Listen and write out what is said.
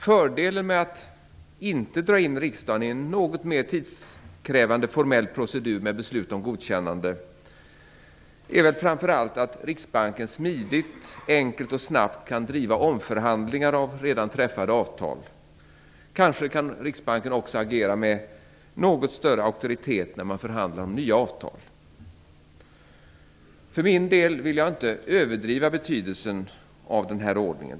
Fördelen med att inte dra in riksdagen i en något mer tidskrävande formell procedur med beslut om godkännande är väl framför allt att Riksbanken smidigt, enkelt och snabbt kan driva omförhandlingar av redan träffade avtal. Kanske kan Riksbanken också agera med något större auktoritet när man förhandlar om nya avtal. Jag för min del vill inte överdriva betydelsen av den här ordningen.